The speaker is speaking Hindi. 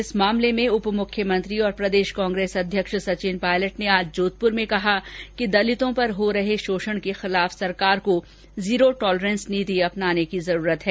इस मामले में उप मुख्यमंत्री और प्रदेश कांग्रेस अध्यक्ष सचिन पायलट ने आज जोधपुर में कहा कि दलितों पर हो रहे शोषण के खिलाफ सरकार को जीरो टॉलरेंस नीति अपनाने की जरूरत है